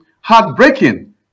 heartbreaking